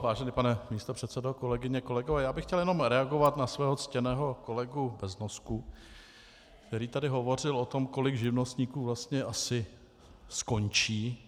Vážený pane místopředsedo, kolegyně a kolegové, já bych chtěl jenom reagovat na svého ctěného kolegu Beznosku, který tady hovořil o tom, kolik živnostníků vlastně asi skončí.